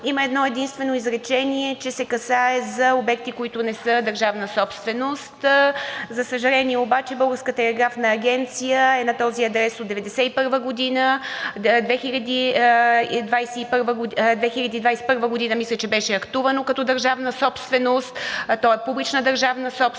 Има едно-единствено изречение – че се касае за обекти, които не са държавна собственост. За съжаление обаче, Българската телеграфна агенция е на този адрес от 1991 г., 2021 г. мисля че беше актувано като държавна собственост, то е публична държавна собственост,